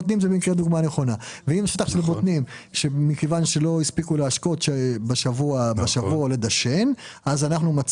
ומכיוון שלא הספיקו להשקות ולדשן ונגרם לו נזק,